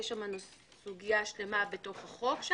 יש שם סוגיה שלמה בתוך החוק.